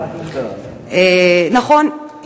נכון,